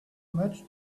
much